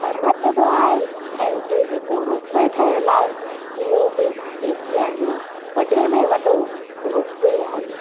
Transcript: पर्वत बि आहे ऐं उते जेको रोपवे ठहियलु आहे उहो बि एशिया जो वॾे में वॾो रोपवे आहे